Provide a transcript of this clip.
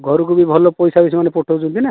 ଘରକୁ ବି ଭଲ ପଇସା ବି ସେମାନେ ପଠାଉଛନ୍ତି ନା